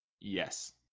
Yes